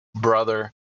brother